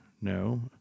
No